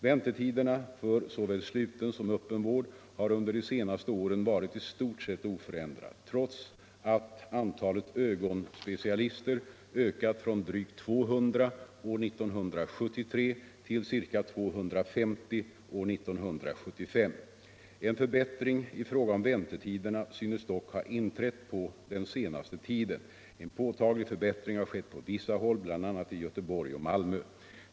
Väntetiderna för såväl sluten som öppen vård har under de senaste åren varit i stort sett oförändrade, trots att antalet ögonspecialister ökat från drygt 200 år 1973 till ca 250 år 1975. En förbättring i fråga om väntetiderna synes dock ha inträtt på den senaste tiden. En påtaglig förbättring har skett på vissa håll, bl.a. i Göteborg och Malmö.